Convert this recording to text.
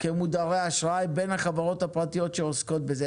כמודרי אשראי, בין החברות הפרטיות שעוסקות בזה?